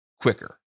quicker